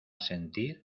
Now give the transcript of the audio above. sentir